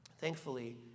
Thankfully